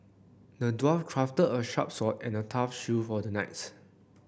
the dwarf crafted a sharp sword and a tough shield for the knights